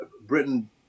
Britain